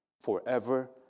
forever